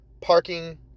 parking